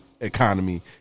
economy